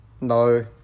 No